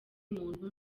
muntu